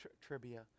trivia